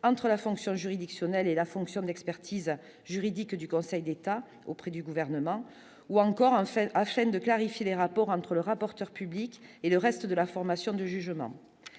entre la fonction juridictionnelle et la fonction de l'expertise juridique du Conseil d'État auprès du gouvernement ou encore enfin, afin de clarifier les rapports entre le rapporteur public et le reste de la formation de jugement,